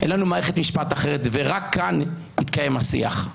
אין לנו מערכת משפט אחרת, ורק כאן יתקיים השיח.